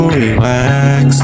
relax